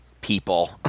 people